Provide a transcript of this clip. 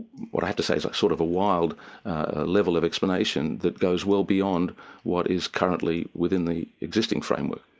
what i have to say is, like sort of a wild level of explanation that goes well beyond what is currently within the existing framework.